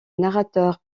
narrateur